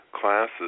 classes